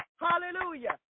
Hallelujah